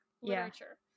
literature